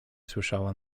słyszała